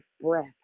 breath